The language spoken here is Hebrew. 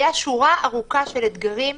הייתה שורה ארוכה של אתגרים.